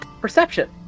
perception